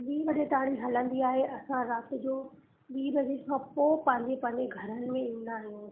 ॿी वजे ताईं हलंदी आहे असां राति जो ॿी वजे खां पोइ पंहिंजे पंहिंजे घरनि में वेंदा आहियूं